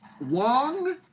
Wong